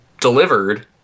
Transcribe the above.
delivered